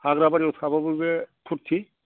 हाग्रा बारियाव थाबाबो बे फुरथि